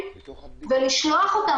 זו אותה קבוצה